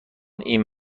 این